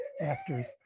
actors